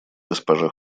госпоже